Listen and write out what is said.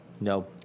No